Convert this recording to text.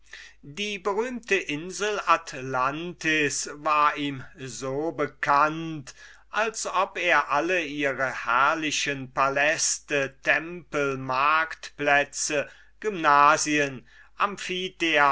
die berühmte insel atlantis war ihm so bekannt als ob er alle ihre herrlichen paläste tempel marktplätze gymnasien amphitheater